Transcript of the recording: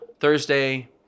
Thursday